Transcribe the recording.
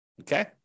okay